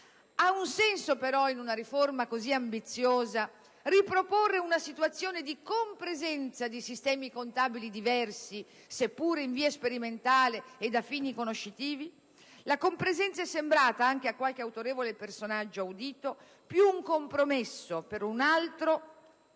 Ha un senso, però, in una riforma così ambiziosa, riproporre una situazione di compresenza di sistemi contabili diversi, seppure in via sperimentale ed a fini conoscitivi? La compresenza è sembrata - anche a qualche autorevole personaggio sentito in Commissione - più